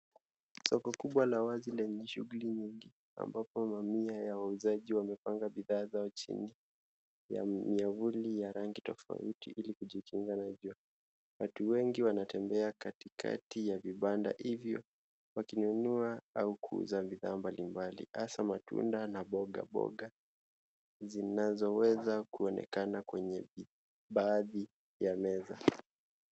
Soko kubwa la wazi lenye shughuli nyingi ambapo mamia ya wauzaji wamepanga bidhaa zao chini ya miavuli ya rangi tofauti ili kujikinga na jua. Watu wengi wanatembea katikati ya vibanda hivyo wakinunua au kuuza bidhaa mbalimbali hasa matunda na mboga mboga zinazoweza kuonekana kwenye baadhi ya meza.